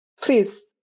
Please